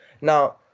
Now